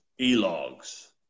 e-logs